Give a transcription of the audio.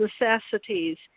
necessities